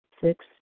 Six